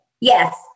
Yes